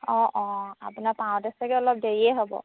অঁ অঁ আপোনাৰ পাওঁতে ছাগে অলপ দেৰিয়েই হ'ব